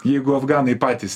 jeigu afganai patys